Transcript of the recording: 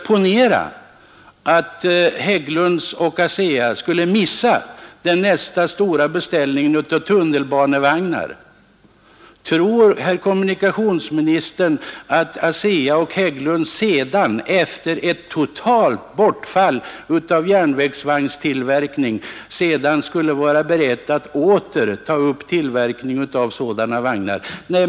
Ponera att Hägglunds och ASEA missar nästa stora beställning av tunnelbanevagnar! Tror herr kommunikationsministern att ASEA och Hägglunds sedan, efter ett totalt bortfall av järnvägsvagnstillverkningen, skulle vara beredda att åter ta upp tillverkningen av sådana vagnar?